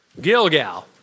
Gilgal